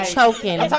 Choking